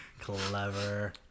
Clever